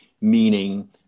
meaning